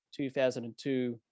2002